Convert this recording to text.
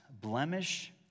blemish